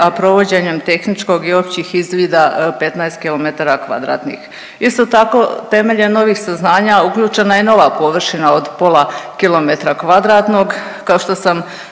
a provođenjem tehničkog i općih izvida 15 km2. Isto tako, temeljem novih saznanja uključena je nova površina od 0,5 km2, kao što sam rekla